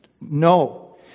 no